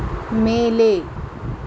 மேலே